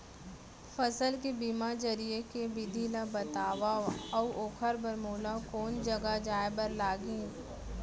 फसल के बीमा जरिए के विधि ला बतावव अऊ ओखर बर मोला कोन जगह जाए बर लागही?